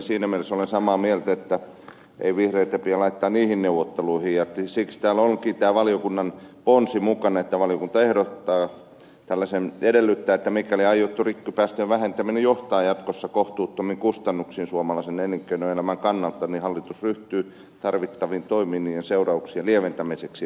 siinä mielessä olen samaa mieltä että ei vihreitä pidä laittaa niihin neuvotteluihin ja siksi täällä onkin tämä valiokunnan ponsi mukana että eduskunta edellyttää että mikäli aiottu rikkipäästöjen vähentäminen johtaa jatkossa kohtuuttomiin kustannuksiin suomalaisen elinkeinoelämän kannalta hallitus ryhtyy tarvittaviin toimiin näiden seurausten lieventämiseksi